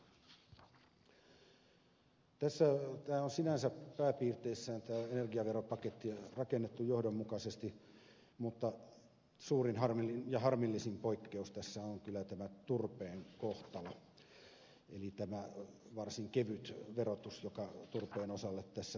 tämä energiaveropaketti on sinänsä pääpiirteissään rakennettu johdonmukaisesti mutta suurin ja harmillisin poikkeus tässä on kyllä tämä turpeen kohtalo eli tämä varsin kevyt verotus joka turpeen osalle tässä tulee